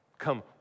come